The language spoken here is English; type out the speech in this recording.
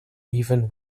even